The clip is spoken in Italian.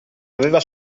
aveva